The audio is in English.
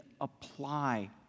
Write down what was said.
apply